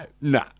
no